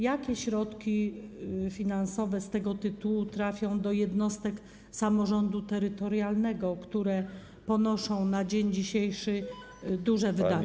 Jakie środki finansowe z tego tytułu trafią do jednostek samorządu terytorialnego, które ponoszą na dzień dzisiejszy duże wydatki?